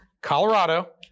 Colorado